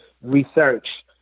research